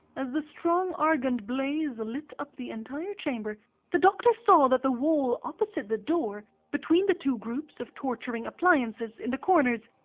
as the strong argand blaze lit up the entire chamber the doctor saw that the wall opposite the door, between the two groups of torturing appliances in the corners,